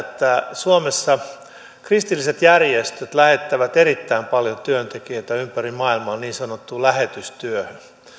suomessa kristilliset järjestöt lähettävät erittäin paljon työntekijöitä ympäri maailmaa niin sanottuun lähetystyöhön